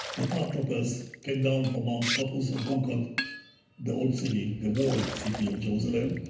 the paratroopers came down from mount scopus, and conquered the old city, the walled city of jerusalem.